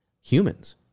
humans